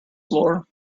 floor